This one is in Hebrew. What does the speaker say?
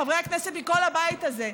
חברי הכנסת מכל הבית הזה,